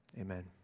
Amen